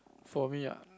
for me ah